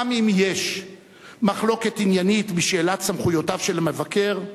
גם אם יש מחלוקת עניינית בשאלת סמכויותיו של המבקר,